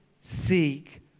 seek